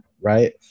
right